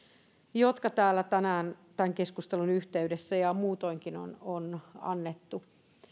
jotka täällä tänään tämän keskustelun yhteydessä ja muutoinkin on on annettu